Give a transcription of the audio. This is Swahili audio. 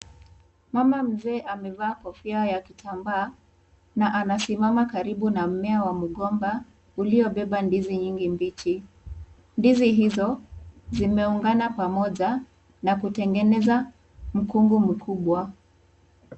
Mama mzee amevaa kofia ya kitambaa na anasimama karibu na mmea wa mgomba uliobeba ndizi nyingi mbichi. Ndizi hizo, zimeungana pamoja na kutengeneza mkungu mkubwa.